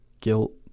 guilt